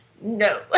no